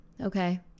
Okay